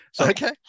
Okay